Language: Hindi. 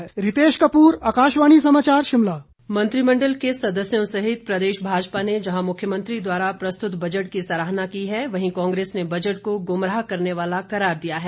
प्रतिक्रिया भाजपा मंत्रिमण्डल की सदस्यों सहित प्रदेश भाजपा ने जहां मुख्यमंत्री द्वारा प्रस्तुत बजट की सराहना की है वहीं कांग्रेस ने बजट को गुमराह करने वाला करार दिया है